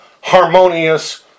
harmonious